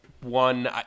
one